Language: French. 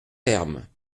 thermes